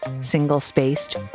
single-spaced